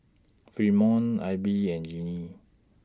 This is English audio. Fremont Abie and Gennie